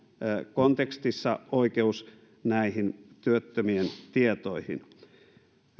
kontekstissa oikeus näihin työttömien tietoihin